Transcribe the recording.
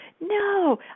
No